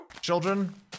Children